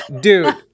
dude